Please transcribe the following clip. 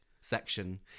section